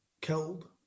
killed